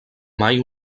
mai